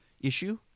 issue